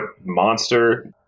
monster